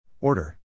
Order